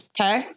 Okay